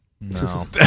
No